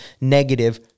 negative